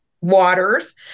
waters